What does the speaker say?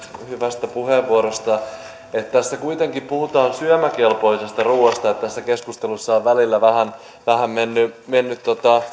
hyvästä puheenvuorosta tässä kuitenkin puhutaan syömäkelpoisesta ruuasta ja tässä keskustelussa on välillä vähän mennyt mennyt